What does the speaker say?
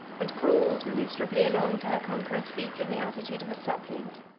and crawled miserably along to her conqueror's feet in the attitude of a suppliant.